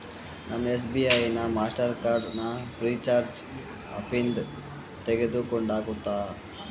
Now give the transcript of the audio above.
ನನ್ನ S B ಐನ ಮಾಸ್ಟರ್ಕಾರ್ಡನ್ನ ಫ್ರೀಚಾರ್ಜ್ ಆಪಿಂದ ತೆಗೆದುಕೊಂಡು ಆಗುತ್ತಾ